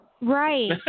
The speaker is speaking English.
Right